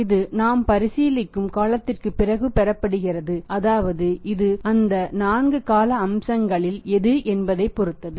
இது நாம் பரிசீலிக்கும் காலத்திற்குப் பிறகு பெறப்படுகிறது அதாவது இது அந்த 4 கால அம்சங்களில் எது என்பதை பொறுத்தது